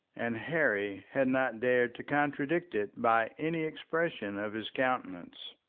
and harry had not dared to contradict it by any expression of his countenance.